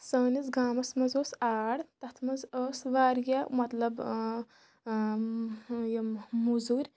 سٲنِس گامَس منٛز اوس آر تَتھ منٛز ٲس واریاہ مطلب یِم مٔزوٗرۍ